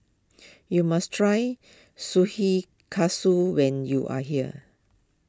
you must try when you are here